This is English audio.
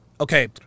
Okay